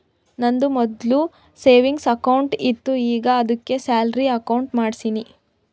ನಂದು ಮೊದ್ಲು savings account ಇತ್ತು ಈಗ ಆದ್ದುಕೆ ಸ್ಯಾಲರಿ ಅಕೌಂಟ್ ಮಾಡ್ಸಿನಿ